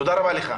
תודה רבה לך.